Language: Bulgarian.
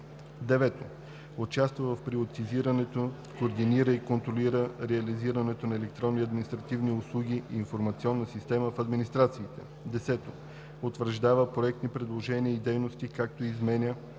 6; 9. участва в приоритизирането, координира и контролира реализирането на електронни административни услуги и информационни системи в администрациите; 10. утвърждава проектни предложения и дейности, както и изменения